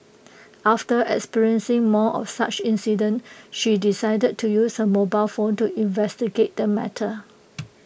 after experiencing more of such incidents she decided to use her mobile phone to investigate the matter